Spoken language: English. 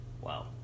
Wow